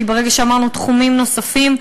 כי ברגע שאמרנו "תחומים נוספים",